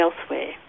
elsewhere